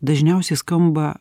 dažniausiai skamba